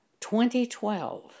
2012